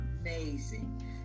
amazing